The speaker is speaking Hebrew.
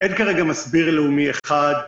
אין כרגע מסביר לאומי אחד,